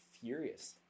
furious